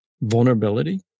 vulnerability